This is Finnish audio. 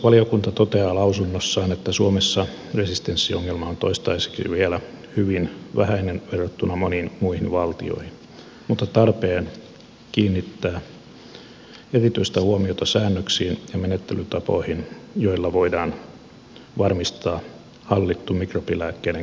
valiokunta toteaa lausunnossaan että suomessa resistenssiongelma on toistaiseksi vielä hyvin vähäinen verrattuna moniin muihin valtioihin mutta on tarpeen kiinnittää erityistä huomiota säännöksiin ja menettelytapoihin joilla voidaan varmistaa hallittu mikrobilääkkeiden käyttö eläimillä